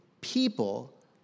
people